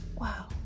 Wow